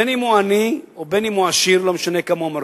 אם הוא עני ואם הוא עשיר, לא משנה כמה הוא מרוויח.